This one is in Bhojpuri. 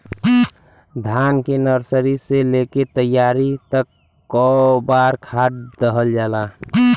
धान के नर्सरी से लेके तैयारी तक कौ बार खाद दहल जाला?